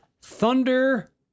Thunder